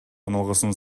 үналгысынын